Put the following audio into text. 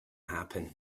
happen